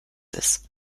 ist